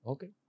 Okay